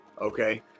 okay